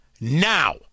now